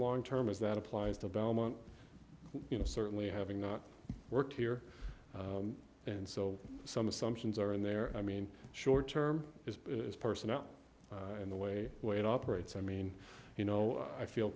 long term is that applies to belmont you know certainly having not worked here and so some assumptions are in there i mean short term is personnel and the way the way it operates i mean you know i feel